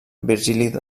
virgili